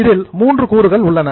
இதில் 3 கூறுகள் உள்ளன